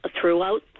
throughout